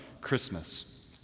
Christmas